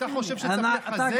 אתה חושב שצריך לחזק,